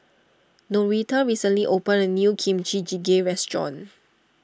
Noretta recently opened a new Kimchi Jjigae restaurant